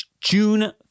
June